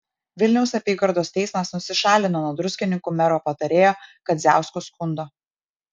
vilniaus apygardos teismas nusišalino nuo druskininkų mero patarėjo kadziausko skundo